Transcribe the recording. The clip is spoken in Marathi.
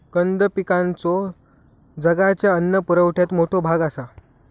कंद पिकांचो जगाच्या अन्न पुरवठ्यात मोठा भाग आसा